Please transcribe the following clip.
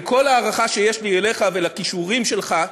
עם כל ההערכה שיש לי אליך ולכישורים שלך,